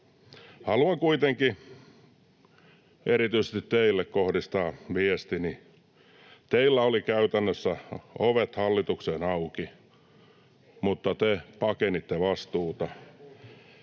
Haluan kuitenkin erityisesti teille kohdistaa viestini: teillä oli käytännössä ovet hallitukseen auki, mutta te pakenitte vastuuta.